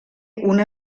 una